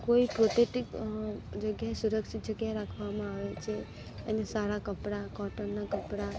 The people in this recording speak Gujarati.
કોઈ પથેટીક જગ્યાએ સુરક્ષિત જગ્યાએ રાખવામાં આવે છે એને સારા કપડાં કોટનના કપડાં